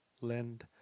Lend